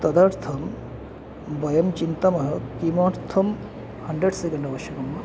तदर्थं वयं चिन्तयामः किमर्थं हण्ड्रेड् सेकेण्ड् अवश्यकं वा